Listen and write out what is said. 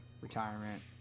retirement